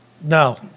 No